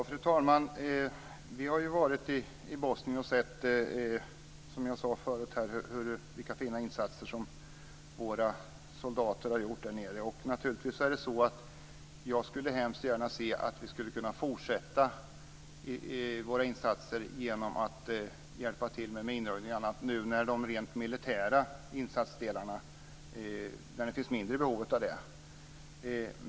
Fru talman! Vi har ju varit i Bosnien och sett - som jag sade förut - vilka fina insatser våra soldater har gjort där. Naturligtvis skulle jag hemskt gärna se att vi kunde fortsätta våra insatser genom att hjälpa till med minröjning och annat, nu när det finns mindre behov av rent militära insatser.